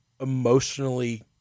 emotionally